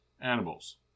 animals